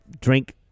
drink